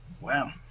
Wow